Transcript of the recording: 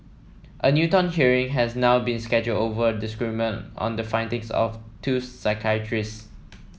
a Newton hearing has now been scheduled over a disagreement on the findings of two psychiatrists